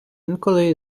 інколи